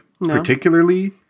particularly